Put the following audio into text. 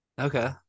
Okay